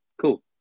cool